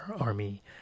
Army